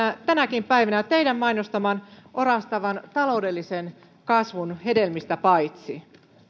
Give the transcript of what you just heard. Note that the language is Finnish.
tänäkin päivänä teidän mainostamanne orastavan taloudellisen kasvun hedelmistä paitsi